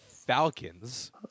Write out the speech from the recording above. Falcons